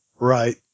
Right